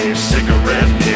Cigarette